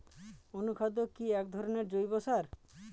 অনুখাদ্য কি এক ধরনের জৈব সার?